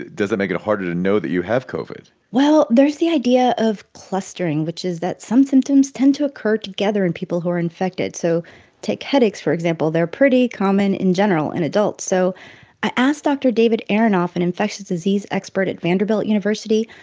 does it make it harder to know that you have covid? well, there's the idea of clustering, which is that some symptoms tend to occur together in people who are infected. so take headaches, for example. they're pretty common in general in and adults. so i asked dr. david aronoff, an infectious disease expert at vanderbilt university,